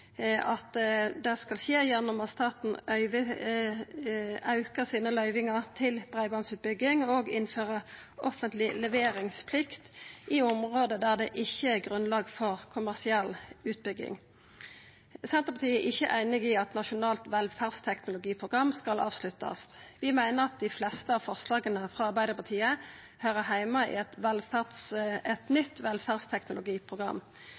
at det skal skje gjennom at staten aukar sine løyvingar til breibandutbygging og innfører offentleg leveringsplikt i område der det ikkje er grunnlag for kommersiell utbygging. Senterpartiet er ikkje einig i at Nasjonalt velferdsteknologiprogram skal avsluttast. Vi meiner at dei fleste av forslaga frå Arbeidarpartiet høyrer heime i eit